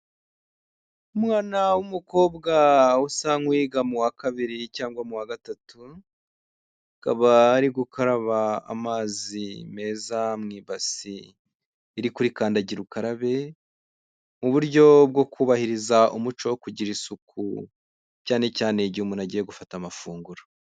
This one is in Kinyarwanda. Umwana w'umukobwa usa nk'uwiga mu wa kabiri cyangwa mu wa gatatu, akaba ari gukaraba amazi meza mu ibase iri kuri kandagira ukarabe, mu buryo bwo kubahiriza umuco wo kugira isuku, cyane cyane igihe umuntu agiye gufata amafunguro.